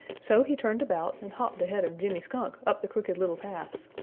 so he turned about and hopped ahead of jimmy skunk up the crooked little path.